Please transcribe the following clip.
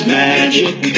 magic